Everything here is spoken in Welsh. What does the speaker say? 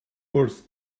wrth